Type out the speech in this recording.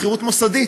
שכירות מוסדית,